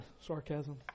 sarcasm